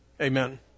Amen